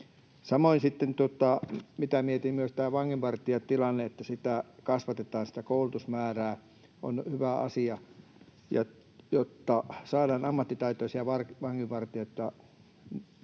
se, mitä mietin myös, että sitä vanginvartijoiden koulutusmäärää kasvatetaan, on hyvä asia, jotta saadaan ammattitaitoisia vanginvartijoita